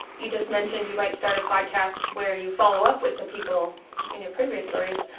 you just mentioned you might start a podcast where you follow up with the people in your previous stories.